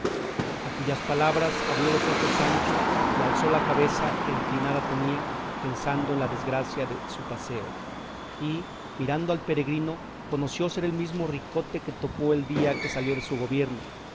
a cuyas palabras abrió los ojos sancho y alzó la cabeza que inclinada tenía pensando en la desgracia de su paseo y mirando al peregrino conoció ser el mismo ricote que topó el día que salió de su gobierno